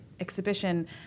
exhibition